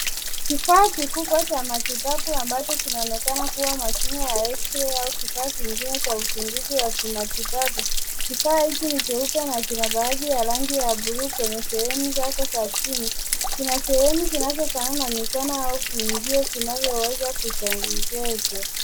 Kifaa kikibwa cha matibabu ambacho kinaonekana kuwa mashine ya eksirei au kifaa kingine cha uchunguzi wa kimatibabu. Kifaa hiki ni cheupe na kina baadhi ya rangi ya bluu kwenye sehemu zake za chini. Kina sehemu inayofanana na mikono au kiingio kinachoweza kusongeshwa.